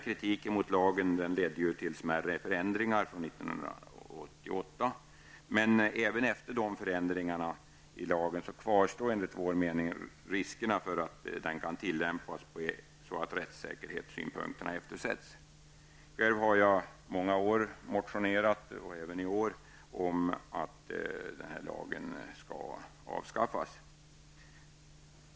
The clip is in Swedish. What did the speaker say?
Kritiken mot lagen ledde till smärre förändringar 1988, men även efter det att dessa förändringar genomförts i lagen kvarstod enligt vår mening riskerna för att lagen tillämpas så att rättssäkerhetssynpunkterna eftersätts. Jag har själv under många år och även i år motionerat om att lagen skall avskaffas.